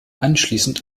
anschließend